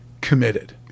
committed